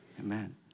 Amen